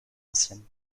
ancienne